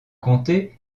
comté